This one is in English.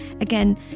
again